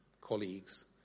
colleagues